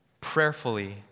prayerfully